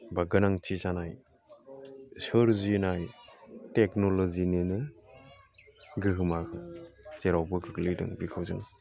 बा गोनांथि जानाय सोरजिनाय टेकन'ल'जिनिनो गोहोमा जेरावबो गोग्लैदों बेखौ जों